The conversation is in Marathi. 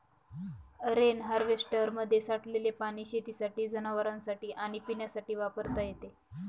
रेन हार्वेस्टरमध्ये साठलेले पाणी शेतीसाठी, जनावरांनासाठी आणि पिण्यासाठी वापरता येते